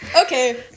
Okay